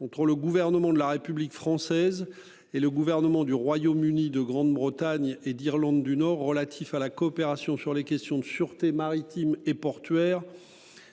entre le gouvernement de la République française et le gouvernement du Royaume-Uni de Grande-Bretagne et d'Irlande du Nord, relatif à la coopération sur les questions de sûreté maritime et portuaire.